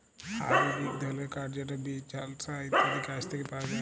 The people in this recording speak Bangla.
হার্ডউড ইক ধরলের কাঠ যেট বীচ, বালসা ইত্যাদি গাহাচ থ্যাকে পাউয়া যায়